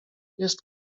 jest